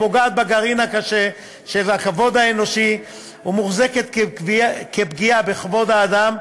פוגעת בגרעין הקשה של הכבוד האנושי ומוחזקת כפגיעה בכבוד האדם,